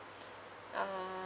uh